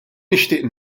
nixtieq